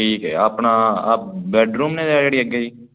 ਠੀਕ ਹੈ ਆਪਣਾ ਆਹ ਆ ਬੈਡਰੂਮ ਨੇ ਜਾ ਜਿਹੜੀ ਅੱਗੇ ਜੀ